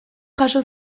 jaso